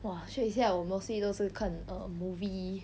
!wah! check 一下我 mostly 都是看 err movie